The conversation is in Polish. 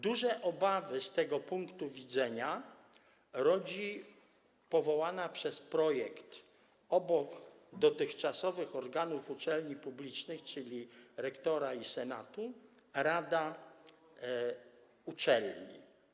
Duże obawy z tego punktu widzenia rodzi powołana w projekcie obok dotychczasowych organów uczelni publicznych, czyli rektora i senatu, rada uczelni.